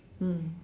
mm